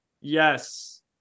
Yes